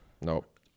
Nope